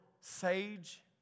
sage